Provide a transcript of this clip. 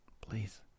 please